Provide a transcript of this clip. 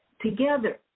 together